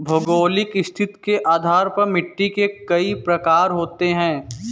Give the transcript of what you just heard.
भौगोलिक स्थिति के आधार पर मिट्टी के कई प्रकार होते हैं